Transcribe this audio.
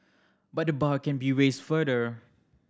but the bar can be raised further